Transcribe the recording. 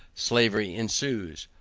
slavery ensues.